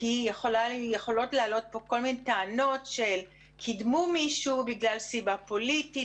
כי יכולות לעלות פה כל מיני טענות שקידמו מישהו בגלל סיבה פוליטית,